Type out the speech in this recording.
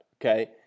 Okay